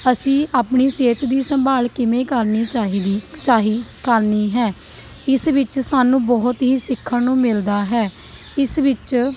ਅਸੀਂ ਆਪਣੀ ਸਿਹਤ ਦੀ ਸੰਭਾਲ ਕਿਵੇਂ ਕਰਨੀ ਚਾਹੀਦੀ ਚਾਹੀ ਕਰਨੀ ਹੈ ਇਸ ਵਿੱਚ ਸਾਨੂੰ ਬਹੁਤ ਹੀ ਸਿੱਖਣ ਨੂੰ ਮਿਲਦਾ ਹੈ ਇਸ ਵਿੱਚ